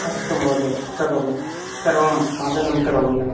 अस्तु महोदय करोमि सर्वं पालनं करोमि अहम्